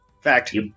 Fact